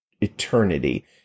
eternity